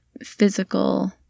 physical